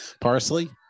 Parsley